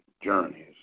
journeys